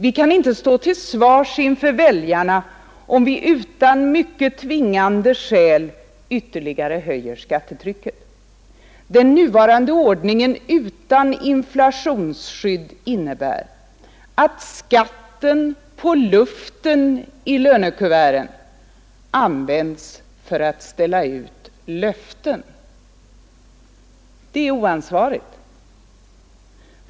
Vi kan inte stå till svars inför väljarna, om vi utan mycket tvingande skäl ytterligare höjer skattetrycket. Den nuvarande ordningen utan inflationsskydd innebär att skatten på luften i lönekuverten används för att ställa ut löften. Det är oansvarigt.